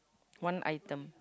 one item